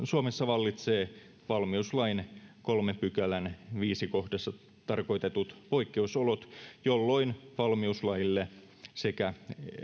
suomessa vallitsee valmiuslain kolmannen pykälän viidennessä kohdassa tarkoitetut poikkeusolot jolloin valmiuslaille sekä